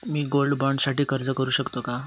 मी gold bond साठी अर्ज करु शकते का?